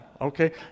okay